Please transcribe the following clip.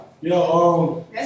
Yo